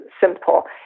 simple